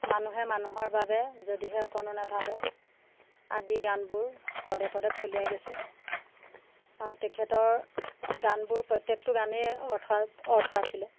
মানুহে মানুহৰ বাবে যদিহে অকণো নাভাবে আদি গানবোৰ পদে পদে ফলিয়াই গৈছে আৰু তেখেতৰ গানবোৰ প্ৰত্যেকটো গানেই অৰ্থাৎ অৰ্থ আছিলে